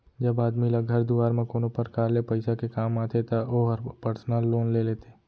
जब आदमी ल घर दुवार म कोनो परकार ले पइसा के काम आथे त ओहर पर्सनल लोन ले लेथे